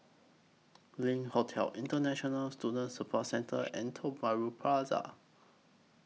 LINK Hotel International Student Support Centre and Tiong Bahru Plaza